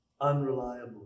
unreliable